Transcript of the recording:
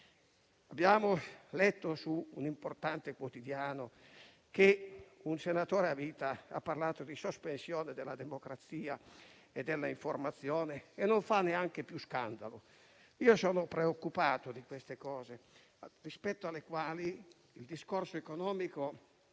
Abbiamo letto su un importante quotidiano che un senatore a vita ha parlato di sospensione della democrazia e dell'informazione, e non fa neanche più scandalo. Io sono preoccupato di queste cose, rispetto alle quali il discorso economico